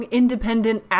independent